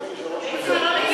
אפשרי להסתפק